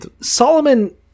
Solomon